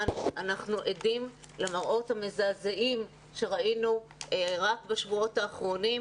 מה אנחנו עדים למראות המזעזעים שראינו בשבועות האחרונים,